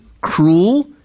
cruel